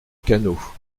canot